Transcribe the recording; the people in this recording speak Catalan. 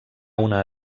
una